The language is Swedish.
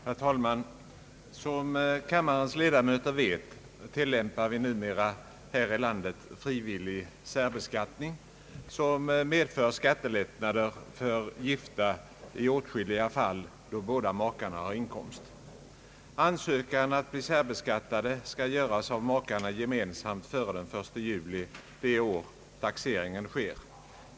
Herr talman! Som kammarens ledamöter vet tillämpar vi numera här i landet frivillig särbeskattning som medför skattelättnader för gifta i åtskilliga fall då båda makarna har inkomst. Ansökan att bli särbeskattade skall göras av makarna gemensamt före den 1 juli det år taxeringen sker.